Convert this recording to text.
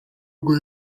kuvuga